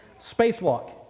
spacewalk